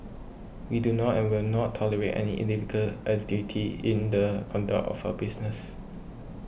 we do not and will not tolerate any illegal activity in the conduct of our business